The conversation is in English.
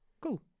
Cool